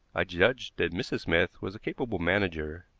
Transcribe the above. i judged that mrs. smith was a capable manager.